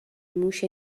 موش